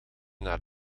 naar